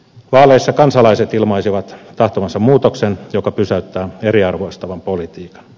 vaaleissa kansalaiset ilmaisivat tahtovansa muutoksen joka pysäyttää eriarvoistavan politiikan